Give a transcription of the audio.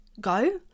go